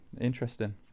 interesting